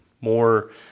More